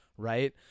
right